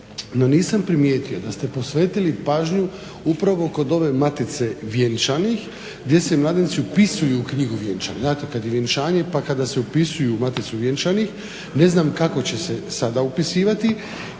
nisam primijetio da ste posvetili pažnju upravo kod ove matice vjenčanih gdje se mladenci upisuju u knjigu vjenčanih. Znate kad je vjenčanje pa kada se upisuju u maticu vjenčanih ne znam kako će se sada upisivati